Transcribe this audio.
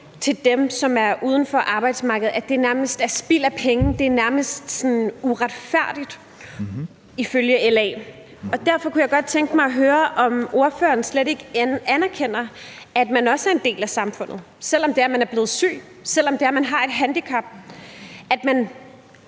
til dem, som er uden for arbejdsmarkedet, nærmest er spild af penge. Det er nærmest uretfærdigt ifølge LA, og derfor kunne jeg godt tænke mig at høre, om ordføreren slet ikke anerkender, at man også er en del af samfundet, selv om det er, man er blevet syg, selv om det er, man har et handicap. Skal